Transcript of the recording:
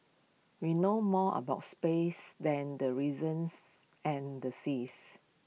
we know more about space than the reasons and the seas